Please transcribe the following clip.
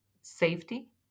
safety